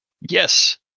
yes